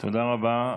תודה רבה.